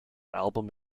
album